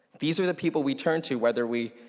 these were the people we turned to whether we,